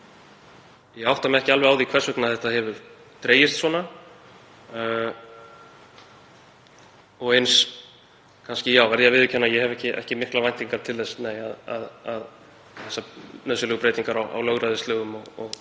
Ég átta mig ekki á því hvers vegna þetta hefur dregist svona. Eins verð ég að viðurkenna að ég hef ekki miklar væntingar til þess að þessar nauðsynlegu breytingar á lögræðislögum og